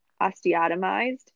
osteotomized